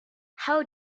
how